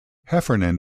heffernan